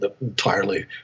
entirely